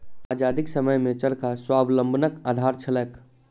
आजादीक समयमे चरखा स्वावलंबनक आधार छलैक